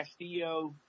Castillo